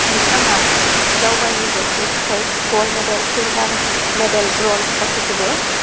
बिथाङा गावनि देशनि थाखाय gold medal silver medal bronze गासैखौबो